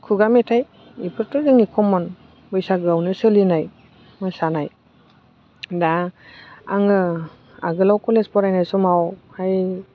खुगा मेथाइ बेफोरथ' जोंनि कमन बैसागोआवनो सोलिनाय मोसानाय दा आङो आगोलाव कलेज फरायनाय समावहाय